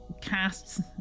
casts